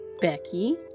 Becky